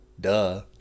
Duh